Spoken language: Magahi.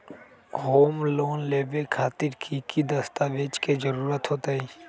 होम लोन लेबे खातिर की की दस्तावेज के जरूरत होतई?